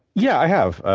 yeah, i have.